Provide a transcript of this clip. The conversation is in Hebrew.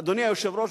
אדוני היושב-ראש,